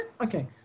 Okay